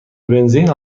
بنزین